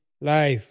life